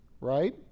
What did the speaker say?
right